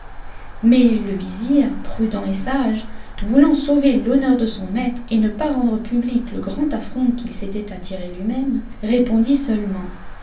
mais le vizir prudent et sage voulant sauver l'honneur de son maître et ne pas rendre public le grand affront qu'il s'était attiré lui-même répondit seulement